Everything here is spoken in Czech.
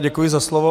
Děkuji za slovo.